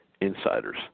insiders